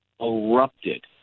erupted